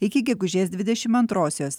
iki gegužės dvidešim antrosios